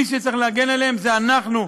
מי שצריך להגן עליהם זה אנחנו,